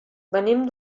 venim